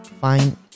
fine